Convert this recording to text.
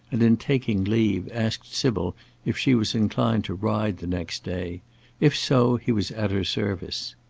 and, in taking leave, asked sybil if she was inclined to ride the next day if so, he was at her service.